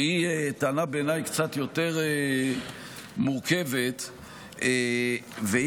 והיא טענה קצת יותר מורכבת בעיניי,